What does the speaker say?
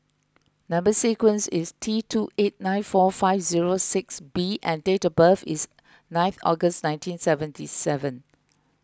Number Sequence is T two eight nine four five zero six B and date of birth is nineth August nineteen seventy seven